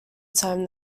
time